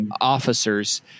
officers